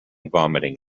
vomiting